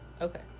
Okay